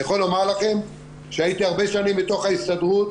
אני יכול לומר לכם שהייתי הרבה שנים בתוך ההסתדרות,